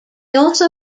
also